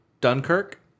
Dunkirk